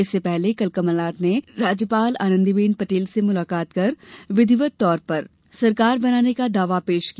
इससे पहले कल कमलनाथ ने राज्यपाल आनंदी बेन पटेल से मुलाकात कर विधिवत तौर पर सरकार बनाने का दावा पेश किया